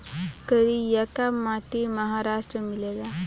करियाका माटी महाराष्ट्र में मिलेला